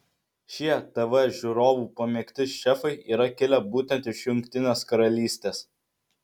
šie tv žiūrovų pamėgti šefai yra kilę būtent iš jungtinės karalystės